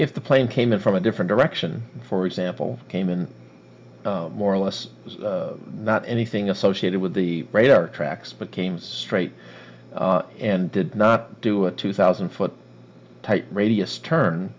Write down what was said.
if the plane came in from a different direction for example came in more or less not anything associated with the radar tracks but came straight and did not do a two thousand foot type radius turn